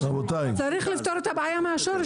הרשימה הערבית המאוחדת): צריך לפתור את הבעיה מהשורש,